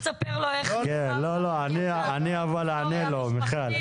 תספר לו איך נבחרת ומה ההיסטוריה המשפחתית.